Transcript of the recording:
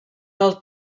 del